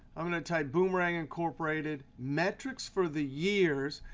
i'm going to type boomerang incorporated metrics for the years.